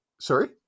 sorry